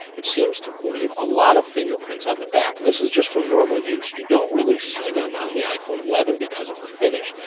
it seems to leave a lot of fingerprints on the back. this is just from normal use. you don't really see them on the iphone eleven because of the finish.